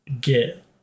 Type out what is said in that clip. get